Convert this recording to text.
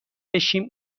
بشیم